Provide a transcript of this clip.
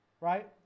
right